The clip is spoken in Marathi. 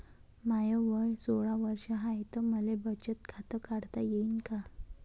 माय वय सोळा वर्ष हाय त मले बचत खात काढता येईन का?